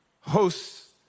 Hosts